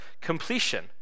completion